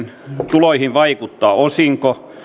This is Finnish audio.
tuloihin vaikuttavat osinko